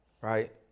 Right